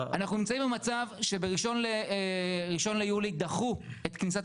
אנחנו נמצאים במצב שב-1 ליולי דחו את כניסת